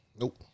Nope